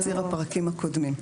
כן, תקציר הפרקים הקודמים.